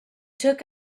took